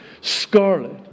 Scarlet